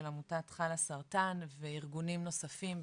של עמותת חלאסרטן וארגונים נוספים,